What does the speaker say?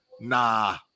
nah